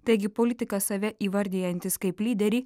taigė politikas save įvardijantis kaip lyderį